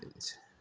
बिदिनोसै